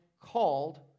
called